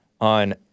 on